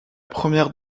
première